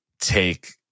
Take